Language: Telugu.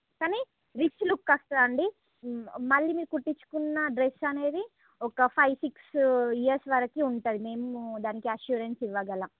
కాని రిచ్ లుక్ వస్తుందండి మళ్ళి మీరు కుట్టించుకున్న డ్రెస్ అనేది ఒక ఫైవ్ సిక్స్ ఇయర్స్ వరకు ఉంటుంది మేము దానికి అష్యూరెన్స్ ఇవ్వగలం